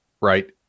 right